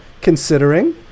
considering